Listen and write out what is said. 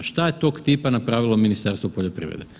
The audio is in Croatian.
Šta je tog tipa napravilo Ministarstvo poljoprivrede?